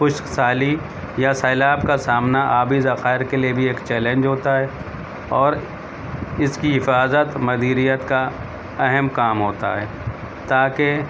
خشک سالی یا سیلاب کا سامنا آبی ذخائر کے لیے بھی ایک چیلنج ہوتا ہے اور اس کی حفاظت مدیریت کا اہم کام ہوتا ہے تاکہ